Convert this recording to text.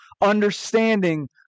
understanding